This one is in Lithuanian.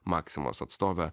maksimos atstovė